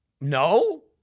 no